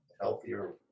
healthier